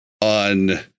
on